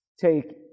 Take